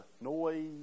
noise